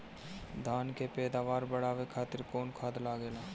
धान के पैदावार बढ़ावे खातिर कौन खाद लागेला?